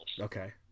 Okay